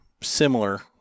similar